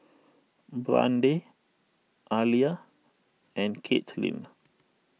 Brande Aliyah and Katelin